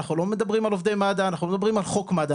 אנחנו לא מדברים על עובדי מד"א ואנחנו לא מדברים על חוק מד"א,